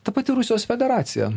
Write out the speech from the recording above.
ta pati rusijos federacija